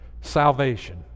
salvation